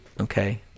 okay